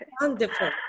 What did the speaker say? wonderful